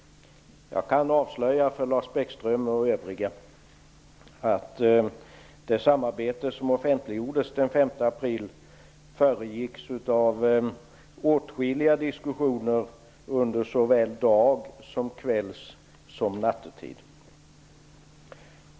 Jag kan avslöja för Lars Bäckström och övriga att det samarbete som offentliggjordes den 5 april föregicks av åtskilliga diskussioner under såväl dag som kvälls och nattetid.